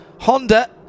Honda